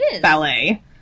ballet